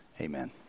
Amen